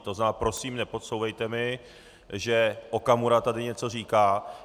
To znamená, prosím, nepodsouvejte mi, že Okamura tady něco říká.